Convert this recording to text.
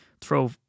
throw